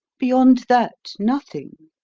beyond that, nothing.